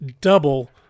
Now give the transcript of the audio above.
double